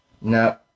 no